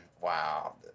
wow